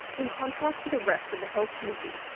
in contrast to the rest of the health committee.